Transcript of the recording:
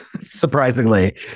surprisingly